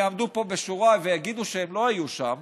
יעמדו פה בשורה ויגידו שהם לא היו שם